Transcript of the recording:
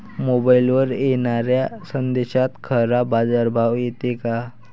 मोबाईलवर येनाऱ्या संदेशात खरा बाजारभाव येते का?